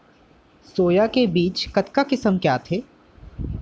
Soya के बीज कतका किसम के आथे?